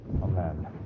Amen